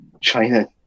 China